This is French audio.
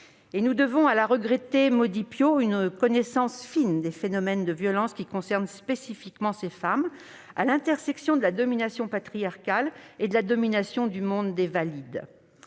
Nous devons à la regrettée Maudy Piot une connaissance fine des phénomènes de violences qui concernent spécifiquement ces femmes, à l'intersection de la domination patriarcale et de la domination du monde des valides.